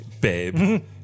Babe